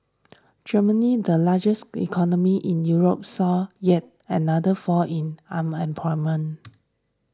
Germany the largest economy in Europe saw yet another fall in unemployment